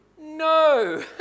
no